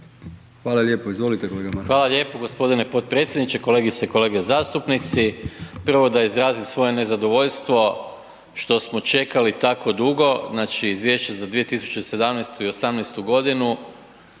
Izvolite. **Maras, Gordan (SDP)** Hvala lijepo gospodine potpredsjedniče. Kolegice i kolege zastupnici. Prvo da izrazim svoje nezadovoljstvo što smo čekali tako dugo znači Izvješće za 2017. i 2018. godinu,